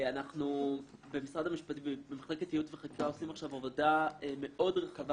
אנחנו במחלקת יעוץ וחקיקה עושים עכשיו עבודה מאוד רחבה